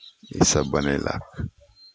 इसभ बनयलक